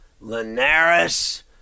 Linares